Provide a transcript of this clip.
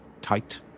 tight